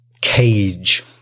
cage